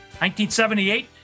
1978